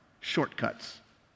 shortcuts